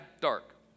dark